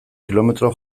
kilometro